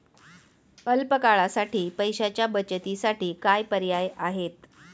अल्प काळासाठी पैशाच्या बचतीसाठी काय पर्याय आहेत?